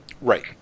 Right